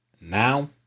Now